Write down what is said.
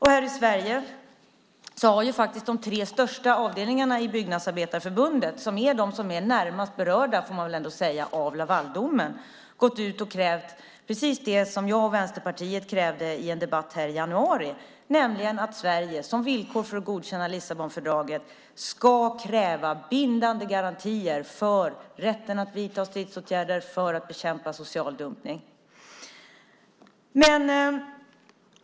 Här i Sverige har de tre största avdelningarna i Byggnadsarbetareförbundet, de som närmast berörs av Lavaldomen får man väl säga, gått ut och krävt det som jag och Vänsterpartiet krävde i en debatt i kammaren i januari, nämligen att Sverige som villkor för att godkänna Lissabonfördraget ska kräva bindande garantier för rätten att vidta stridsåtgärder för att bekämpa social dumpning.